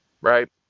Right